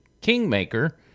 kingmaker